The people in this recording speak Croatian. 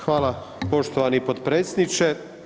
Hvala poštovani potpredsjedniče.